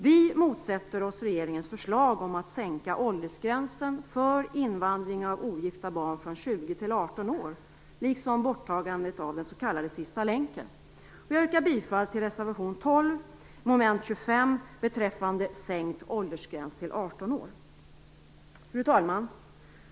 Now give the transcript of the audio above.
Vi motsätter oss regeringens förslag att sänka åldersgränsen för invandring av ogifta barn från 20 till Jag yrkar bifall till reservation 12 mom. 25, beträffande sänkt åldersgräns till 18 år. Fru talman!